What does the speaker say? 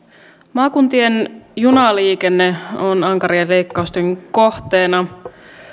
maakuntien junaliikenne on ankarien leikkausten kohteena